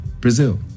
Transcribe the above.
Brazil